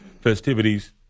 festivities